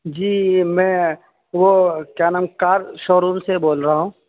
جی میں وہ کیا نام کار شو روم سے بول رہا ہوں